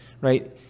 right